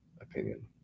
opinion